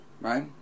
right